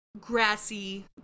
grassy